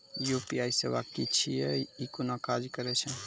UPI सेवा की छियै? ई कूना काज करै छै?